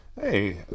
Hey